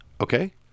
Okay